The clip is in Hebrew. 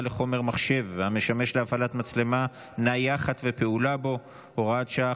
לחומר מחשב המשמש להפעלת מצלמה נייחת ופעולה בו (הוראת שעה,